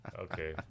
Okay